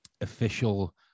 official